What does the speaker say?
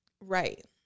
Right